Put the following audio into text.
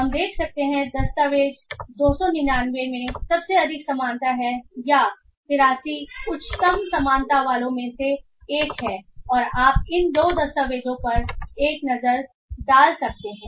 हम देख सकते हैं दस्तावेज 299 में सबसे अधिक समानता है या 83 उच्चतम समानता वालों में से एक है और आप इन 2 दस्तावेजों पर एक नज़र डाल सकते हैं